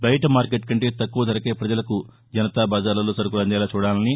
బయట మార్కెట్ కంటే తక్కువ ధరకే పజలకు జనతా బజార్లలో సరకులు అందేలా చూడాలని